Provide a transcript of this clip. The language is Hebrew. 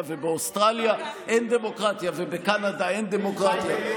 ובאוסטרליה אין דמוקרטיה ובקנדה אין דמוקרטיה?